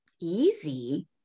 easy